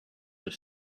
have